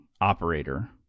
operator